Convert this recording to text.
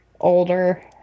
older